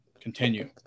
Continue